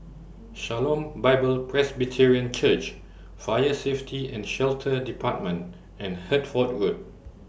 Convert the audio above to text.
Shalom Bible Presbyterian Church Fire Safety and Shelter department and Hertford Road